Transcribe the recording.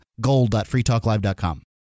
gold.freetalklive.com